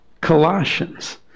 Colossians